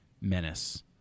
menace